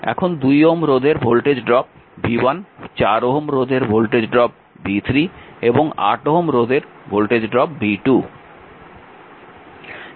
এবং 2 Ω রোধের voltage drop v1 4 Ω রোধের ভোল্টেজ ড্রপ v3 এবং 8 Ω রোধের ভোল্টেজ ড্রপ v2